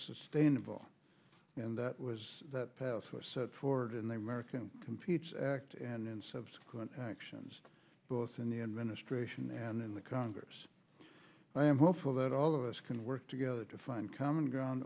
sustainable and that was passed for ford and they merican competes act and in subsequent actions both in the administration and in the congress i am hopeful that i all of us can work together to find common ground